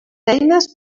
eines